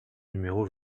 numéro